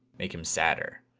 make him sadder.